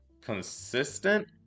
consistent